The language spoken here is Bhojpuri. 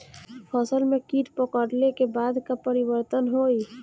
फसल में कीट पकड़ ले के बाद का परिवर्तन होई?